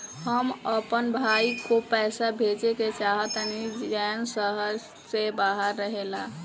हम अपन भाई को पैसा भेजे के चाहतानी जौन शहर से बाहर रहेला